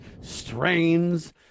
strains